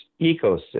ecosystem